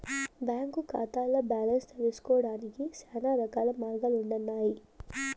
బాంకీ కాతాల్ల బాలెన్స్ తెల్సుకొనేదానికి శానారకాల మార్గాలుండన్నాయి